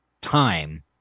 time